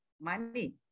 Money